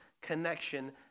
connection